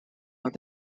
that